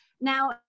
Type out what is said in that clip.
Now